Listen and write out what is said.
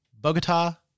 Bogota